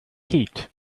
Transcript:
heat